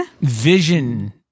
Vision